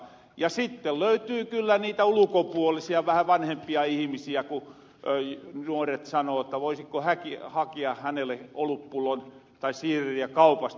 ja sitte löytyy kyllä niitä ulukopuolisia vähän vanhempia ihimisiä ku nuoret sanoo voisikko hakia hänelle olutpullon tai siideriä kaupasta